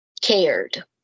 cared